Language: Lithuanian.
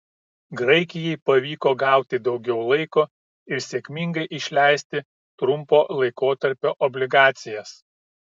graikijai pavyko gauti daugiau laiko ir sėkmingai išleisti trumpo laikotarpio obligacijas